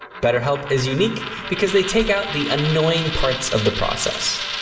betterhelp is unique because they take out the annoying parts of the process.